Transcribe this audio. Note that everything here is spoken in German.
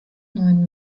neuen